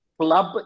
club